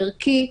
ערכי.